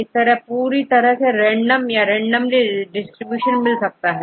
यदि यह पूरी तरह से रैंडम हो तो बहुत रेंडम डिस्ट्रीब्यूशन मिलता है